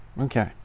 okay